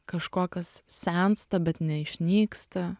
kažko kas sensta bet neišnyksta